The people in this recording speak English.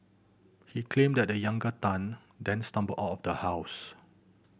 he claimed that the younger Tan then stumbled out of the house